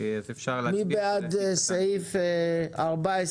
מי בעד אישור סעיף 14לד?